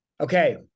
Okay